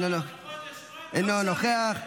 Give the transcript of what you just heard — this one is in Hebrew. אינו נוכח,